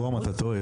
רום אתה טועה,